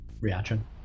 reaction